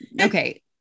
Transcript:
Okay